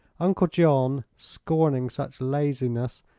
uncle john, scorning such laziness,